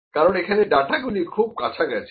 কারণ এখানে ডাটা গুলি খুব কাছাকাছি